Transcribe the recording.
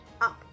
up